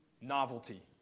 novelty